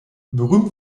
berühmt